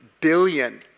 billion